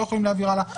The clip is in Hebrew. לא יכולים להעביר הלאה,